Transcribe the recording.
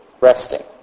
resting